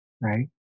right